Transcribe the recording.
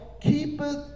keepeth